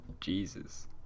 Jesus